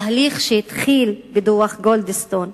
התהליך שהתחיל בדוח גולדסטון